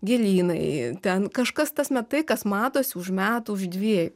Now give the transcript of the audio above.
gėlynai ten kažkas ta prasme tai kas matosi už metų už dviejų